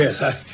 Yes